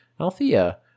althea